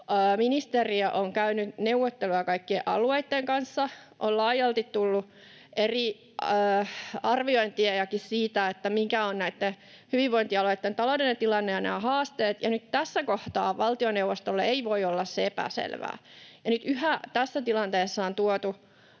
ministeriö on käynyt neuvotteluja kaikkien alueitten kanssa ja on laajalti tullut eri arviointejakin siitä, mikä on hyvinvointialueitten taloudellinen tilanne ja mitä ovat nämä haasteet. Nyt tässä kohtaa se ei voi olla valtioneuvostolle epäselvää. Nyt yhä tässä tilanteessa on tuotu